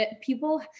People